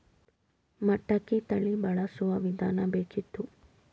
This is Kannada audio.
ಮಟಕಿ ತಳಿ ಬಳಸುವ ವಿಧಾನ ಬೇಕಿತ್ತು?